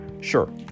sure